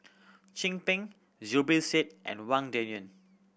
Chin Peng Zubir Said and Wang Dayuan